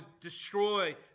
destroy